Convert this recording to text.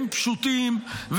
הם פשוטים,